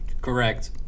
Correct